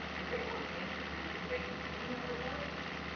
if anyone is interested in maybe doing that for points,